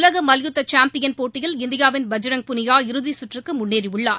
உலக மல்யுத்த சாம்பியன் போட்டியில் இந்தியாவின் பஜ்ரங் புனியா இறுதி சுற்றுக்கு முன்னேறி உள்ளார்